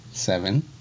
Seven